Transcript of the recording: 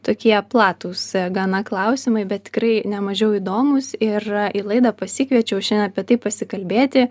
tokie platūs gana klausimai bet tikrai ne mažiau įdomūs ir į laidą pasikviečiau šiandien apie tai pasikalbėti